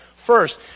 first